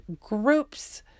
groups